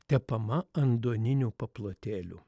tepama antduoninių paplotėlių